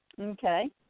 okay